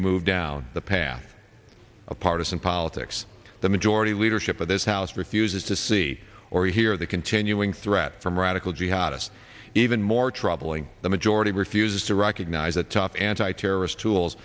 to move down the path of partisan politics the majority leadership of this house refuses to see or hear the continuing threat from radical jihadists even more troubling the majority refuses to recognize that top anti terrorist tools